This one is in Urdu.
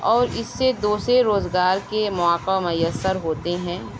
اور اِس سے دوسرے روزگار کے مواقع میسر ہوتے ہیں